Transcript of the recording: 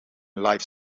life